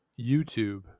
youtube